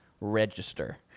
register